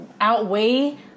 outweigh